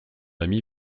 ami